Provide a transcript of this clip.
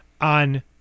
on